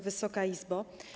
Wysoka Izbo!